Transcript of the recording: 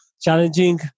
challenging